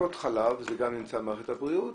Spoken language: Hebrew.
טיפות חלב גם נמצאות במערכת הבריאות,